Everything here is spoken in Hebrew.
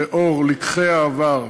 לנוכח לקחי העבר,